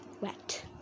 wet